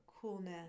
coolness